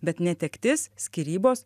bet netektis skyrybos